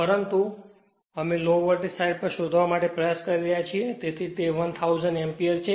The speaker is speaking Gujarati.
પરંતુ અમે લો વોલ્ટેજ સાઈડ પર શોધવા માટે પ્રયાસ કરી રહ્યા છીએ તેથી તે 1000 એમ્પીયર છે